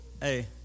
Hey